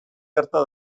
gerta